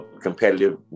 competitive